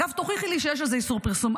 אגב, תוכיחי לי שיש על זה איסור פרסום.